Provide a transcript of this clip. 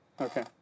Okay